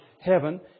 heaven